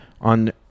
on